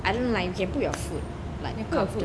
I don't know like you can put your foot comfortably